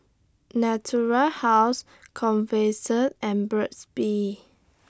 Natura House and Burt's Bee